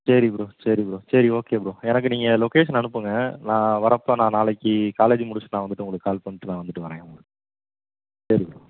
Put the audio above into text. சரி ப்ரோ சரி ப்ரோ சரி ஓகே ப்ரோ எனக்கு நீங்கள் லொக்கேஷன் அனுப்புங்கள் நான் வர்றப்போ நான் நாளைக்கு காலேஜு முடித்துட்டு நான் வந்துட்டு உங்களுக்கு கால் பண்ணிட்டு நான் வந்துட்டு வர்றேன் சரி ப்ரோ